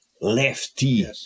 lefty